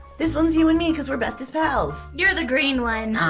this one's you and me cause we're bestest pals! you're the green one!